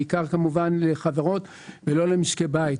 בעיקר כמובן לחברות ולא למשקי בית.